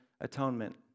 atonement